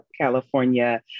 California